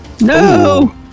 No